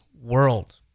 world